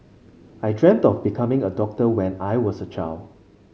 I dreamt of becoming a doctor when I was a child